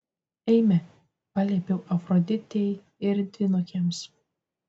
eime paliepiau afroditei ir dvynukėms